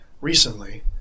recently